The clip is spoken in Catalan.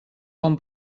com